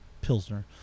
Pilsner